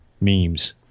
memes